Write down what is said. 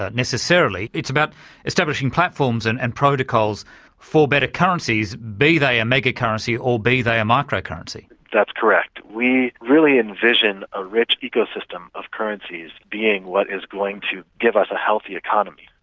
necessarily, it's about establishing platforms and and protocols for better currencies, be they a mega currency or be they a micro currency? that's correct. we really envision a rich ecosystem of currencies being what is going to give us a healthy economy.